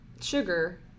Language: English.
sugar